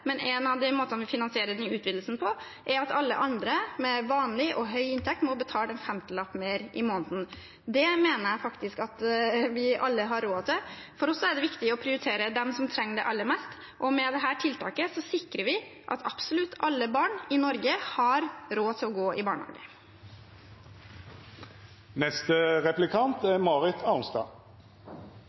er at alle andre, de med vanlig og høy inntekt, må betale en femtilapp mer i måneden. Det mener jeg faktisk at vi alle har råd til. For oss er det viktig å prioritere dem som trenger det aller mest, og med dette tiltaket sikrer vi at absolutt alle barn i Norge har råd til å gå i barnehage.